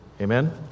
Amen